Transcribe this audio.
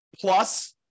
plus